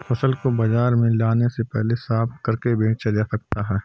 फसल को बाजार में लाने से पहले साफ करके बेचा जा सकता है?